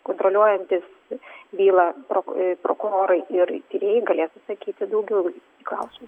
kontroliuojantys bylą prokurorai ir tyrėjai galės užsakyti daugiau klausimų